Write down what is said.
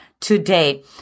today